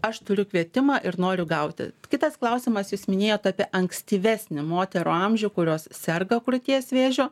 aš turiu kvietimą ir noriu gauti kitas klausimas jūs minėjot apie ankstyvesnį moterų amžių kurios serga krūties vėžio